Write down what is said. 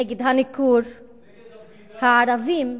נגד הניכור, נגד הבגידה, הערבים,